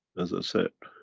as i said,